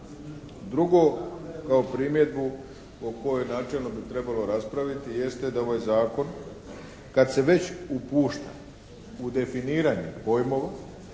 Drugo, kao primjedbu o kojoj načelno bi trebalo raspraviti jeste da ovaj zakon kad se već upušta u definiranje pojmova